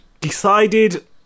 decided